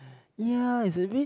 ya it's a bit